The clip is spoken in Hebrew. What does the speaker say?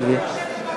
גברתי.